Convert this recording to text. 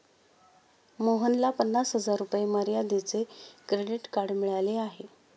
मोहनला पन्नास हजार रुपये मर्यादेचे क्रेडिट कार्ड मिळाले आहे